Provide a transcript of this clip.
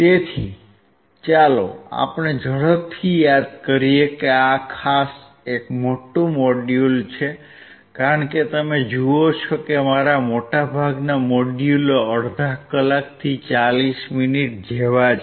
તેથી ચાલો આપણે ઝડપથી યાદ કરીએ કે આ ખાસ એક મોટું મોડ્યુલ છે કારણ કે તમે જુઓ છો કે મારા મોટાભાગના મોડ્યુલો અડધા કલાકથી 40 મિનિટ જેવા છે